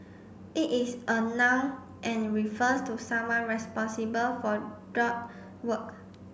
it is a noun and refers to someone responsible for drug work